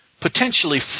potentially